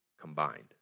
combined